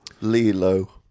Lilo